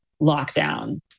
lockdown